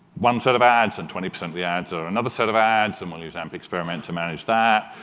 one set of ads, and twenty percent of the ads are another set of ads, someone used amp-experiment to manage that.